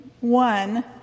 one